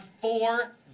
four